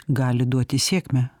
gali duoti sėkmę